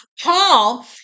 Paul